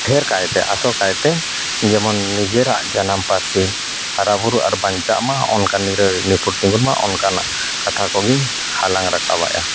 ᱰᱷᱮᱨ ᱠᱟᱭᱛᱮ ᱟᱥᱚᱠᱟᱭᱛᱮ ᱡᱮᱢᱚᱱ ᱱᱤᱡᱮᱨᱟᱜ ᱡᱟᱱᱟᱢ ᱯᱟᱹᱨᱥᱤ ᱦᱟᱨᱟ ᱵᱩᱨᱩ ᱟᱨ ᱵᱟᱧᱪᱟᱜ ᱢᱟ ᱚᱱᱠᱟᱱ ᱱᱤᱨᱟᱹᱲ ᱱᱤᱯᱷᱩᱴ ᱛᱤᱜᱩᱱᱢᱟ ᱚᱱᱠᱟᱱᱟᱜ ᱠᱟᱛᱷᱟ ᱠᱚᱜᱮᱧ ᱦᱟᱞᱟᱝ ᱨᱟᱠᱟᱵᱮᱜᱼᱟ